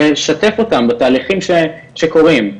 לשתף אותם בתהליכים שקורים,